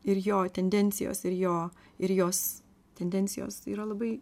ir jo tendencijos ir jo ir jos tendencijos yra labai